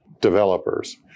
developers